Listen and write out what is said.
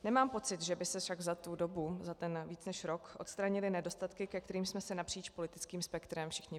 Nemám pocit, že by se však za tu dobu, za ten víc než rok, odstranily nedostatky, ke kterým jsme se napříč politickým spektrem všichni vyjadřovali.